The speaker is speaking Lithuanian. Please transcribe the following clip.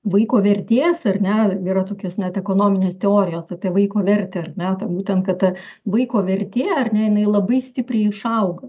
vaiko vertės ar ne yra tokios net ekonominės teorijos apie vaiko vertę ar ne tai būtent kad ta vaiko vertė ar jinai labai stipriai išauga